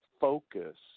focus